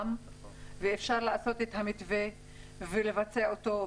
ואפשר לעשות את המתווה ולבצע אותו,